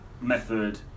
method